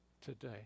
today